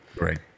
Right